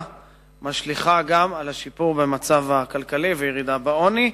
משפיעה על השיפור במצב הכלכלי והירידה בעוני.